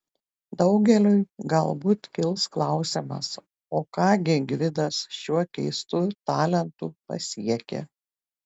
daugeliui galbūt kils klausimas o ką gi gvidas šiuo keistu talentu pasiekė